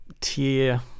tier